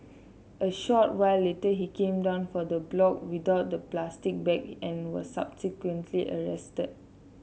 a short while later he came down from the block without the plastic bag and was subsequently arrested